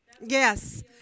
Yes